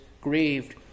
grieved